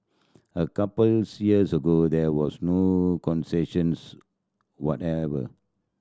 a couples years ago there was no concessions whatever